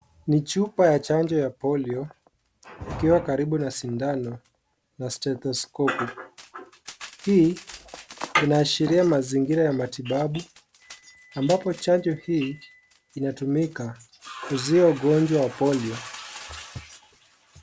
Ni chupa ya chanjo ya polio ikiwa karibu na sindano na statuko .Hii inaashiria mazingira ya matibabu ambapo chanjo hii inatumika kuzuia ugonjwa wa polio.